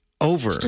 Over